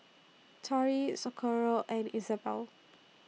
Tori Socorro and Isabelle